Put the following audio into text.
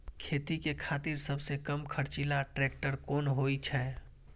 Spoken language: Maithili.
खेती के खातिर सबसे कम खर्चीला ट्रेक्टर कोन होई छै?